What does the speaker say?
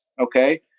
okay